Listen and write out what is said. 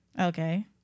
Okay